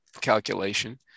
calculation